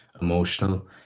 emotional